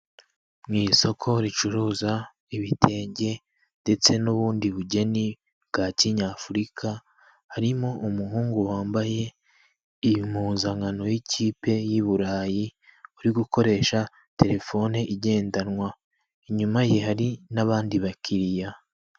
Mu isoko ricuruza ibitenge ndetse n'ubundi bugeni bwa kinyafurika harimo umuhungu wambaye impuzankano y'ikipe y'i Burayi uri gukoresha terefone igendanwa, inyuma ye hari n'abandi bakiriya.